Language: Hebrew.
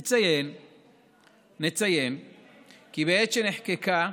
נציין כי בעת שנחקקה,